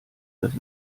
dass